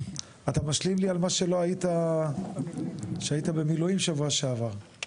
אתה משלים לי על מה שלא היית שהיית במילואים שבוע שעבר.